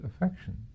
affection